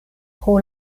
pro